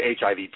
HIV